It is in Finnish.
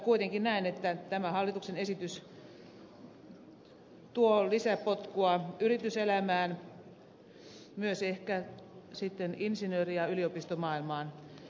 kuitenkin näen että tämä hallituksen esitys tuo lisäpotkua yrityselämään ehkä myös insinööri ja yliopistomaailmaan